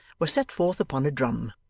were set forth upon a drum,